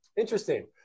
Interesting